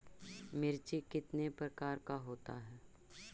मिर्ची कितने प्रकार का होता है?